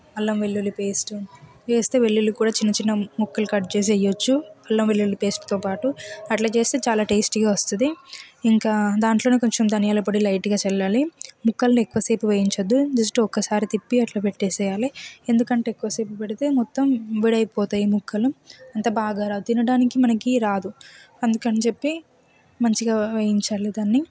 అల్లం వెల్లుల్లి పేస్ట్ కూడా వేస్తే వెల్లుల్లి కూడా చిన్న చిన్న ముక్కలు కట్ చేసి వెయ్యొచ్చు అల్లం వెల్లుల్లి పేస్టుతో పాటు అట్లా చేస్తే చాలా టేస్టీగా వస్తుంది ఇంకా దాంట్లోనే కొంచెం ధనియాల పొడి లైట్గా చల్లాలి ముక్కల్ని ఎక్కువసేపు వేయించొద్దు జస్ట్ ఒకసారి తిప్పి అట్ల పెట్టేసేయాలి ఎందుకంటే ఎక్కువసేపు పెడితే మొత్తం విడి అయిపోతాయి ముక్కలు అంత బాగా రాదు తినడానికి మనకి రాదు అందుకని చెప్పి మంచిగా వేయించాలి దాన్ని